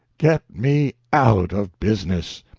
get me out of business.